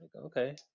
Okay